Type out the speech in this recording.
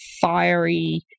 fiery